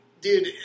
dude